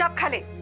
um colleagues.